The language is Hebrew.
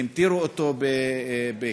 המטירו עליו קליעים.